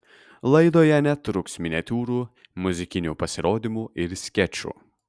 laidoje netruks miniatiūrų muzikinių pasirodymų ir skečų